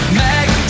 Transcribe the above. make